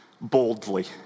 boldly